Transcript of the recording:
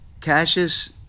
Cassius